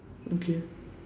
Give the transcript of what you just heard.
okay